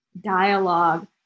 dialogue